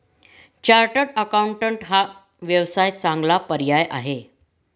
chartered accountant हा व्यवसायाचा चांगला पर्याय आहे